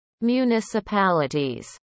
municipalities